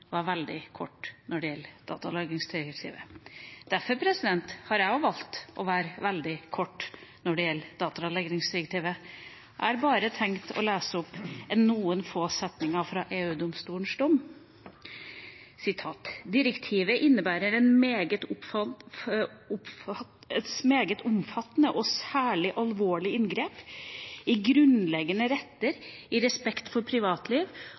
var veldig kort når det gjelder datalagringsdirektivet. Derfor har jeg også valgt å være veldig kort når det gjelder datalagringsdirektivet. Jeg har bare tenkt å lese opp noen få ord fra EU-domstolens dom: «Direktivet innebærer et meget omfattende og særlig alvorlig inngrep i den grunnleggende rett til respekt for